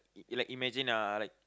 like imagine ah like